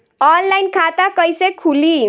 Online खाता कईसे खुलि?